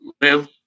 live